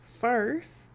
First